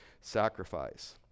sacrifice